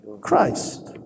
Christ